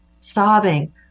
sobbing